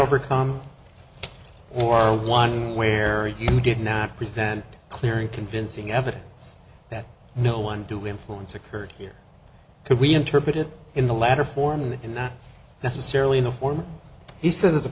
overcome or one where you did not present a clear and convincing evidence that no one to influence occurred here could we interpret it in the latter form and not necessarily in the form he said that the